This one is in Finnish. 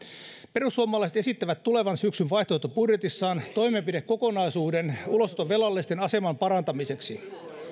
perussuomalaiset esittävät tulevan syksyn vaihtoehtobudjetissaan toimenpidekokonaisuuden ulosottovelallisten aseman parantamiseksi